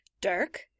Dirk